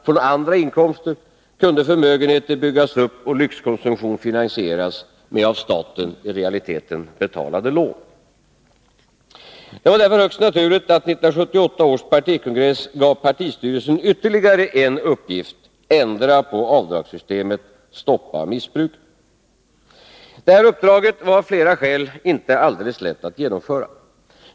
från andra inkomster kunde förmögenheter byggas upp och lyxkonsumtion finansieras med av staten i realiteten betalade lån. Det var därför högst naturligt att 1978 års partikongress gav partistyrelsen ytterligare en uppgift: Ändra på avdragssystemet — stoppa missbruket! Uppdraget var av flera skäl inte alldeles lätt att genomföra.